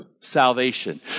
salvation